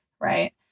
right